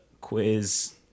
quiz